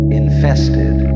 infested